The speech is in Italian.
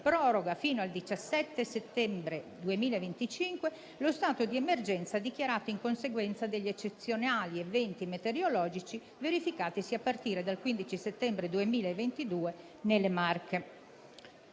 proroga fino al 17 settembre 2025 lo stato d'emergenza dichiarato in conseguenza degli eccezionali eventi meteorologici verificatisi a partire dal 15 settembre 2022 nelle Marche.